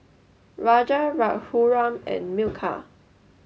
Raja Raghuram and Milkha